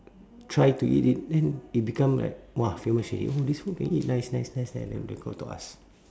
try to eat it then they become like !wah! famous already oh this one can eat nice nice nice nice then they go to us